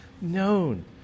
known